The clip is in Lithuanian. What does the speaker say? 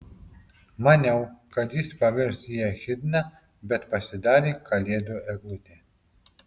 maniau kad jis pavirs į echidną bet pasidarė kalėdų eglutė